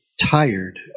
tired